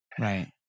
right